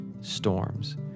storms